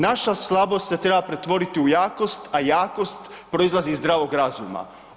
Naša slabost se treba pretvoriti u jakost, a jakost proizlazi iz zdravog razuma.